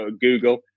Google